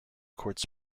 courts